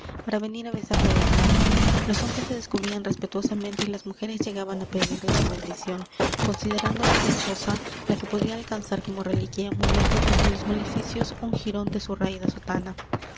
para venir á besarle la mano los hombres se descubrían respetuosamente y las mujeres llegaban á pedirle su bendición considerándose dichosa la que podía alcanzar como reliquia y amuleto contra los maleficios un jirón de su raída sotana